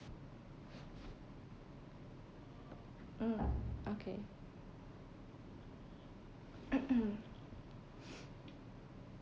mm okay